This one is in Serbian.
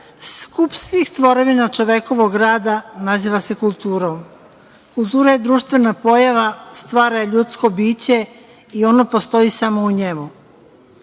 Skup svih tvorevina čovekovog rada naziva se kulturom. Kultura je društvena pojava, stvara ljudsko biće i ono postoji samo u njemu.